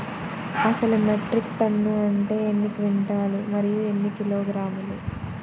అసలు metric tonne అంటే ఎన్ని క్వింటాలు మరియు ఎన్ని కిలోగ్రాములు?